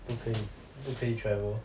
不可以不可以 travel